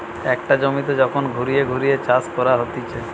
একটা জমিতে যখন ঘুরিয়ে ঘুরিয়ে চাষ করা হতিছে